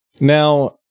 Now